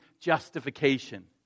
justification